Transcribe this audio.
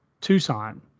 Tucson